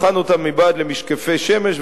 בחן אותם מבעד למשקפי שמש,